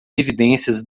evidências